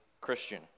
Christian